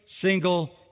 single